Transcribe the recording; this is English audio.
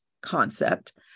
concept